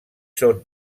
són